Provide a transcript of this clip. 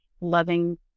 loving